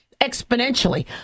exponentially